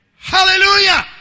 Hallelujah